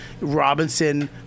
Robinson